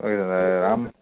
okay sir Ram